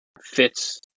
fits